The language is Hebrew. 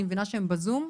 אני מבינה שהם בזום,